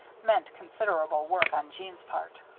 meant considerable work on jeanne's part.